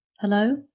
Hello